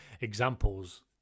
examples